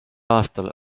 aastal